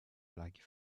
like